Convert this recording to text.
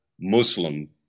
Muslim